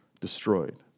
destroyed